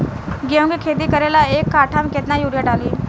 गेहूं के खेती करे ला एक काठा में केतना युरीयाँ डाली?